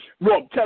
Rob